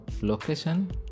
location